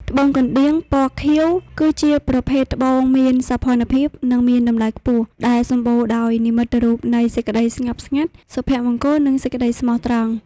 ត្បូងកណ្ដៀង ពណ៌ខៀវ គឺជាប្រភេទត្បូងមានសោភ័ណភាព និងមានតម្លៃខ្ពស់ ដែលសម្បូរទៅដោយនិមិត្តរូបនៃសេចក្ដីស្ងប់ស្ងាត់ សុភមង្គល និងសេចក្ដីស្មោះត្រង់។